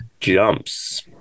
jumps